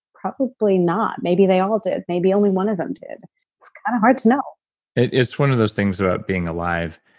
probably not maybe they all did. maybe only one of them did. it's kind of hard to know it's one of those things about being alive.